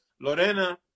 Lorena